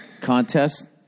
contest